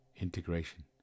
integration